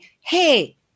Hey